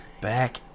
Back